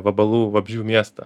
vabalų vabzdžių miestą